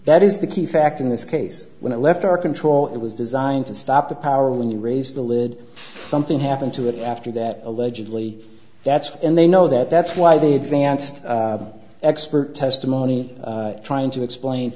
that is the key fact in this case when it left our control it was designed to stop the power when you raise the lid something happened to it after that allegedly that's and they know that that's why they advanced expert testimony trying to explain